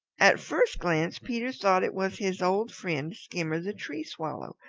at first glance peter thought it was his old friend, skimmer the tree swallow,